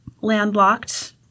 landlocked